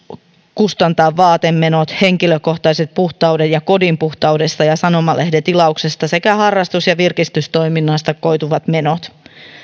kustantaa vaatemenot henkilökohtaisesta puhtaudesta ja kodin puhtaudesta ja sanomalehden tilauksesta sekä harrastus ja virkistystoiminnasta koituvat menot